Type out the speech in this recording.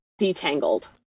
detangled